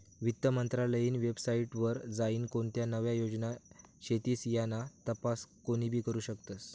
वित्त मंत्रालयनी वेबसाईट वर जाईन कोणत्या नव्या योजना शेतीस याना तपास कोनीबी करु शकस